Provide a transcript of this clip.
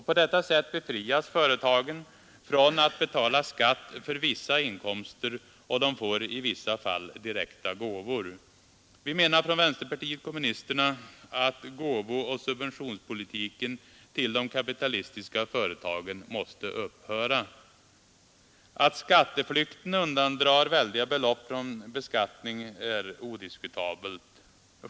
På detta sätt befrias företagen från att betala skatt för vissa inkomster, och de får i vissa fall direkta gåvor. Vi menar från vänsterpartiet kommunisterna att gåvooch subventionspolitiken till de kapitalistiska företagen måste upphöra. Att skatteflykten undandrar väldiga belopp från beskattning är odiskutabelt.